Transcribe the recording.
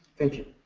thank you.